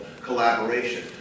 collaboration